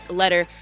letter